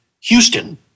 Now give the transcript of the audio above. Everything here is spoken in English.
Houston